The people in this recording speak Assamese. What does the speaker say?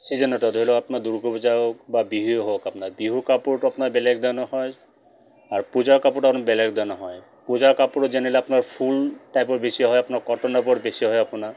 ছিজনতে ধৰি লওক আপোনাৰ দুৰ্গা পূজা হওক বা বিহুৱে হওক আপোনাৰ বিহু কাপোৰটো আপোনাৰ বেলেগ ধৰণৰ হয় আৰু পূজাৰ কাপোৰটো আপোনাৰ বেলেগ ধৰণৰ হয় পূজাৰ কাপোৰত যেনে ধৰি লওক আপোনাৰ ফুল টাইপৰ বেছি হয় আপোনাৰ কটনৰ পৰা বেছি হয় আপোনাৰ